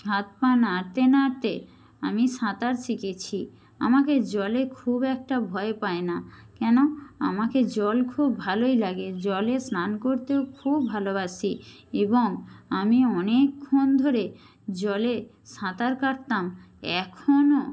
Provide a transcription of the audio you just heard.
হাত পা নাড়তে নাড়তে আমি সাঁতার শিখেছি আমাকে জলে খুব একটা ভয় পায় না কেন আমাকে জল খুব ভালোই লাগে জলে স্নান করতেও খুব ভালোবাসি এবং আমি অনেকক্ষণ ধরে জলে সাঁতার কাটতাম এখনো